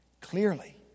Clearly